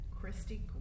Christy